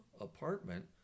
apartment